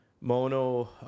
mono